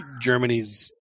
Germany's